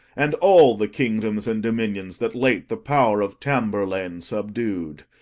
and all the kingdoms and dominions that late the power of tamburlaine subdu'd.